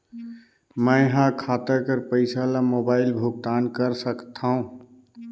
मैं ह खाता कर पईसा ला मोबाइल भुगतान कर सकथव?